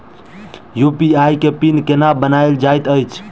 UPI केँ pin केना बनायल जाइत अछि